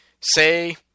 say